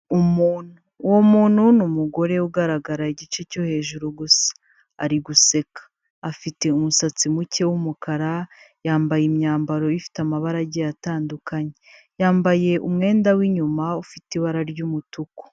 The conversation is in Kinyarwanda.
U,muntu uwo muntu ni umugore ugaragara igice cyo hejuru gusa ari guseka, afite umusatsi muke w'umukara, yambaye imyambaro ifite amabara agiye atandukanye, yambaye umwenda w'inyuma ufite ibara ry'umutuku.